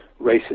racist